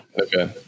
Okay